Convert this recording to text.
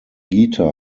geta